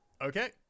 Okay